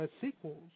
sequels